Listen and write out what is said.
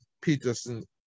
peterson